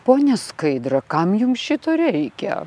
ponia skaidra kam jums šito reikia